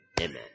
Amen